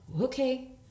Okay